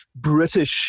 British